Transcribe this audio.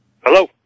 Hello